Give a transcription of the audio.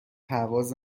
پرواز